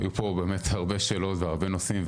היו פה באמת הרבה שאלות והרבה נושאים,